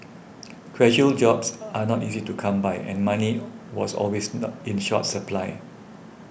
casual jobs are not easy to come by and money was always in short supply